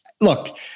look